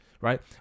right